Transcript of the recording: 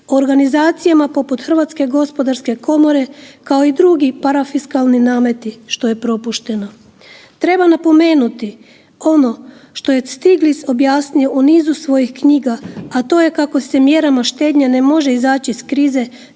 organizacijama poput HGK-a, kao i drugi parafiskalni nameti, što je propušteno. Treba napomenuti, ono što je Stiglitz objasnio u nizu svojih knjiga, a to je kako se mjerama štednje ne može izaći iz krize